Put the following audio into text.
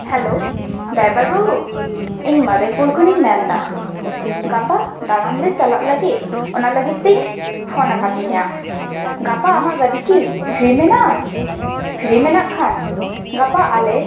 hello driver ᱵᱟᱹᱵᱩ ᱤᱧ ᱢᱟᱫᱷᱟᱭᱯᱩᱨ ᱠᱷᱚᱱᱤᱧ ᱢᱮᱱ ᱫᱟ ᱜᱟᱯᱟ ᱫᱟᱬᱟᱱ ᱞᱮ ᱪᱟᱞᱟᱜ ᱞᱟᱹᱜᱤᱫ ᱚᱱᱟ ᱞᱟᱹᱜᱤᱫ ᱛᱮᱧ ᱯᱷᱳᱱ ᱟᱠᱟᱫ ᱢᱮᱭᱟ ᱜᱟᱯᱟ ᱟᱢᱟᱜ ᱜᱟᱹᱰᱤ ᱠᱤ ᱯᱷᱨᱤ ᱢᱮᱱᱟᱜᱼᱟ ᱯᱷᱨᱤ ᱢᱮᱱᱟᱜ ᱠᱷᱟᱱ ᱜᱟᱯᱟ ᱟᱞᱮ